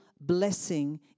blessing